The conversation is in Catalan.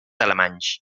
alemanys